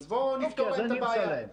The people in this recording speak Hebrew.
אז אני אמצא להם.